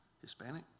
Hispanic